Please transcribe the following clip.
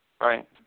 Right